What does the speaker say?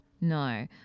No